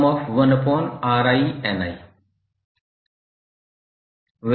i 1 से N तक के बीच है 1𝑅𝑒𝑞1𝑅11𝑅2⋯1𝑅𝑛Σ1𝑅𝑖